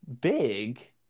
big